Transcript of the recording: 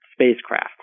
spacecraft